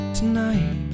tonight